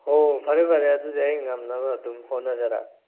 ꯍꯣ ꯍꯣꯏ ꯐꯔꯦ ꯐꯔꯦ ꯑꯗꯨꯗꯤ ꯑꯩ ꯉꯝꯅꯕ ꯑꯗꯨꯝ ꯍꯣꯠꯅꯖꯔꯛꯑꯒꯦ